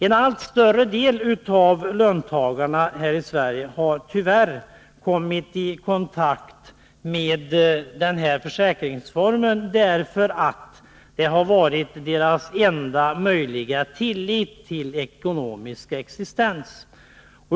En allt större del av löntagarna här i Sverige har tyvärr kommit i kontakt med denna försäkringsform, därför att den givit dem den enda möjligheten till ekonomisk existens.